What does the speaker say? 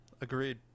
Agreed